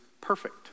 perfect